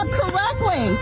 correctly